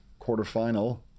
quarterfinal